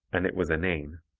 and it was inane.